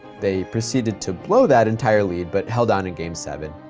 they proceeded to blow that entirely but held on in game seven,